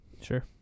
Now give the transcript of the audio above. Sure